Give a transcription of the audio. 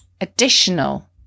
additional